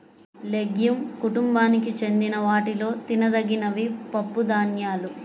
legume కుటుంబానికి చెందిన వాటిలో తినదగినవి పప్పుధాన్యాలు